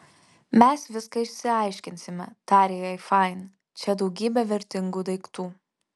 mes viską išsiaiškinsime tarė jai fain čia daugybė vertingų daiktų